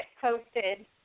posted